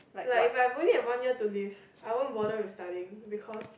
like if I only have one year to live I won't bother with studying because